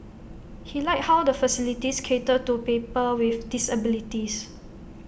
he liked how the facilities cater to people with disabilities